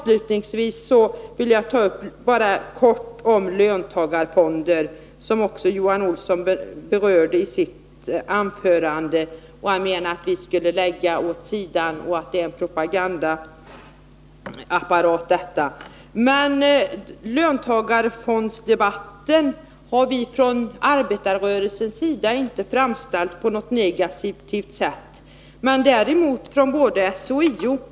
Avslutningsvis vill jag säga några få ord om löntagarfonder, som Johan Olsson också berörde i sitt anförande. Han menade att vi skall lägga den frågan åt sidan, och han talade om den propagandaapparat som har satts i gång. Vi från arbetarrörelsen har inte framställt löntagarfondsdebatten på något negativt sätt.